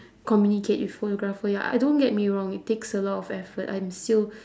communicate with photographer ya I don't get me wrong it takes a lot of effort I'm still